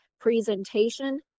presentation